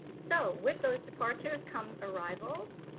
so, with those departures, come arrivals.